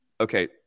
Okay